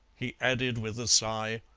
he added, with a sigh.